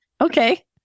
okay